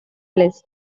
lists